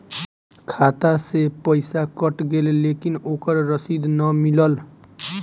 खाता से पइसा कट गेलऽ लेकिन ओकर रशिद न मिलल?